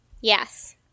Yes